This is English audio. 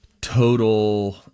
total